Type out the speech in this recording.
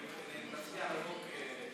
אני מציע, לכן